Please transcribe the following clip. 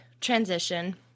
transition